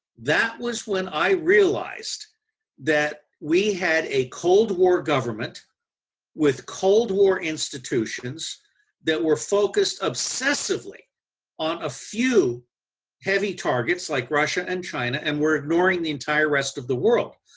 that was when i realized that we had a cold war government with cold war institutions that were focused obsessively on a few heavy targets, like russia and china and were ignoring the entire rest of the world.